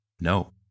no